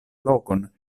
lokon